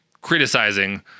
criticizing